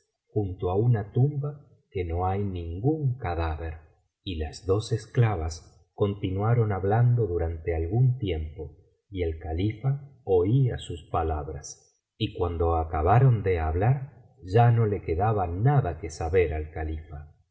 junto á una tumba que no hay ningún cadáver y las dos esclavas continuaron hablando durante algún tiempo y el califa oía sus palabras y cuando acabaron de hablar ya no le quedaba nada que saber al califa